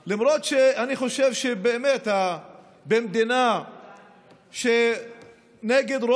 למרות שאני חושב שבמדינה שבה נגד ראש